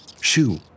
Shoo